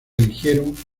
eligieron